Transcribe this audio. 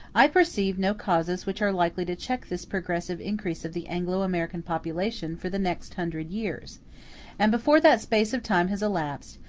i perceive no causes which are likely to check this progressive increase of the anglo-american population for the next hundred years and before that space of time has elapsed,